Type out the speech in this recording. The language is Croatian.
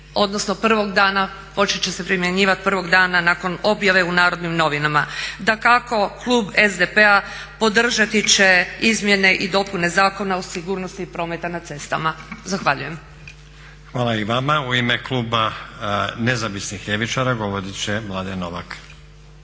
odnosno prvog dana, počet će se primjenjivat prvog dana nakon objave u Narodnim novinama. Dakako, klub SDP-a podržati će Izmjene i dopune Zakona o sigurnosti prometa na cestama. Zahvaljujem. **Stazić, Nenad (SDP)** Hvala i vama. U ime kluba nezavisnih ljevičara govorit će Mladen Novak.